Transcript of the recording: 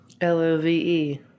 L-O-V-E